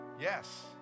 Yes